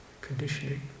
conditioning